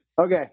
Okay